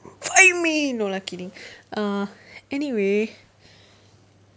fight me no lah kidding uh anyway